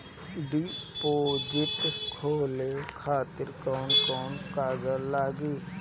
Deposit खोले खातिर कौन कौन कागज लागी?